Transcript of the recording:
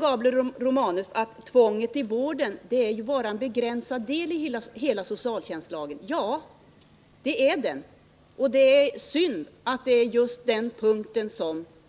Gabriel Romanus säger nu att punkten om tvånget i vården bara är en begränsad del av hela socialtjänstlagen. Det är riktigt, och det är synd att just den